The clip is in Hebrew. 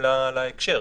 בהיבט בטיחותי.